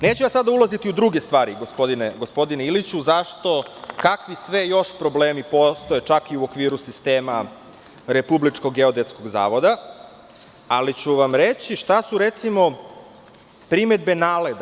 Neću sada ulaziti u druge stvari, gospodine Iliću - zašto, kakvi još sve problemi postoje čak i u okviru sistema Republičkog geodetskog zavoda, ali ću vam reći šta su primedbe NALED-a.